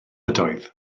ydoedd